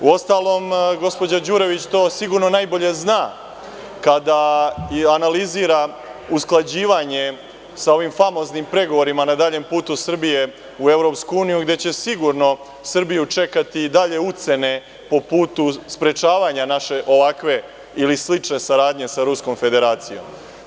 Uostalom, gospođa Đurović to sigurno najbolje zna kada analizira usklađivanje sa ovim famoznim pregovorima na daljem putu Srbije u EU, gde će sigurno Srbiju čekati i dalje ucene po putu sprečavanja naše ovakve ili slične saradnje sa Ruskom Federacijom.